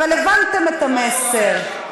אבל הבנתם את המסר.